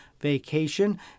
vacation